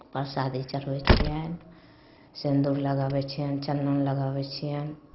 प्रसादी चढ़बै छियनि सिन्दूर लगाबै छियनि चन्दन लगाबै छियनि